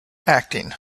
acting